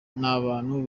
n’abantu